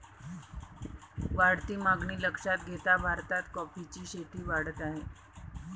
वाढती मागणी लक्षात घेता भारतात कॉफीची शेती वाढत आहे